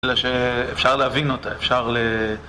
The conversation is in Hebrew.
אפשר להבין אותה, אפשר ל...